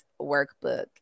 workbook